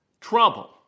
trouble